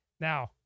Now